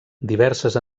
diverses